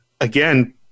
again